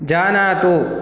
जानातु